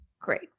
Great